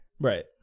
Right